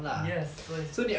yes 所以